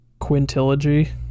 quintilogy